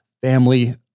family